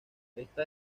esta